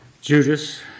Judas